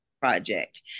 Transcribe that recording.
project